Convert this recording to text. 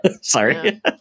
Sorry